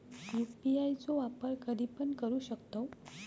UPI चो वापर कधीपण करू शकतव?